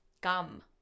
gum